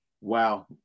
wow